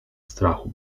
strachu